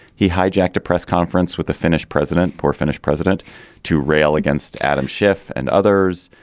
he hijacked a press conference with the finnish president. poor finnish president to rail against adam schiff and others.